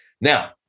Now